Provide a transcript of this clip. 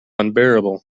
unbearable